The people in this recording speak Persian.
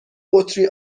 بطری